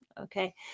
Okay